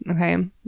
okay